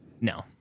no